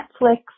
Netflix